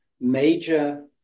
major